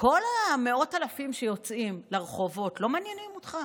כל מאות האלפים שיוצאים לרחובות לא מעניינים אותך?